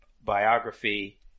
biography